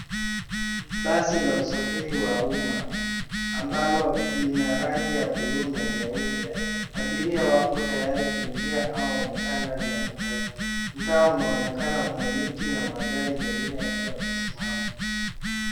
Basi la usafiri wa umma ambalo lina rangi ya bluu na nyeupe, abiria wapo tayari kuingia au wamekaa ndani ya matatu. Mtaa unaonekana una miti na magari mengine yakiwa yamesimama.